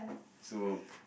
so